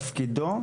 תפקידו,